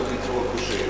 היה לו ביצוע כושל.